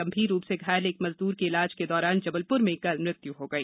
गंभीर रूप से घायल एक मजद्र की इलाज के दौरान जबलप्र में कल मृत्य् हई